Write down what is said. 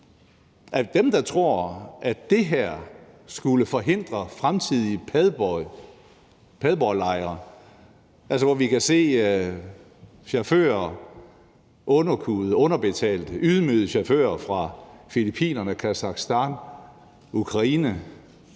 dem, der tror, at det her skulle forhindre fremtidige Padborglejre, så det blev et overstået kapitel med underkuede, underbetalte, ydmygede chauffører fra Filippinerne, Kasakhstan, Ukraine